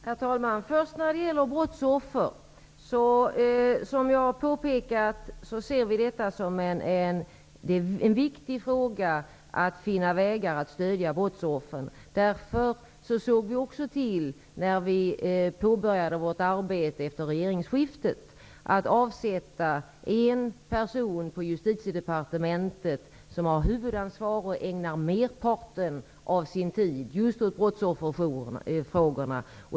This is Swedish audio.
Herr talman! Som jag redan har påpekat ser vi det som en viktig fråga att finna vägar att stödja brottsoffren. När vi påbörjade vårt arbete efter regeringsskiftet såg vi av den anledningen till att avsätta en person på Justitiedepartementet som har huvudansvar för och ägnar merparten av sin tid just åt brottsofferfrågorna.